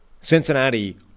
Cincinnati